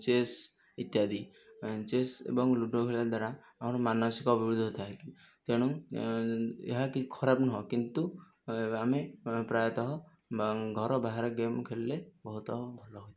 chess ଇତ୍ୟାଦି chess ଏବଂ ludo ଖେଳିବା ଦ୍ୱାରା ଆମର ମାନସିକ ଅଭିବୃଦ୍ଧି ହୋଇଥାଏ ତେଣୁ ଏହା କିଛି ଖରାପ ନୁହେଁ କିନ୍ତୁ ଆମେ ପ୍ରାୟତଃ ଘର ବାହାର ଗେମ୍ ଖେଳିଲେ ବହୁତ ଭଲ ହୋଇଥାଏ